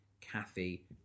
Kathy